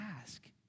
ask